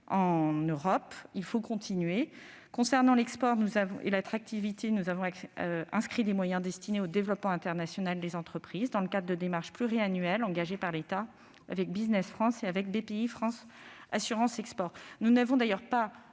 en Europe. Il faut continuer. Concernant l'export et l'attractivité, nous avons inscrit des moyens destinés au développement international des entreprises, dans le cadre de démarches pluriannuelles engagées par l'État avec Business France et Bpifrance Assurance Export. Nous n'avons d'ailleurs pas